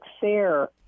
fair